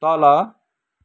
तल